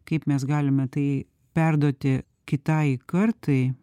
kaip mes galime tai perduoti kitai kartai